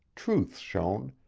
truth shone,